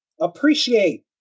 appreciate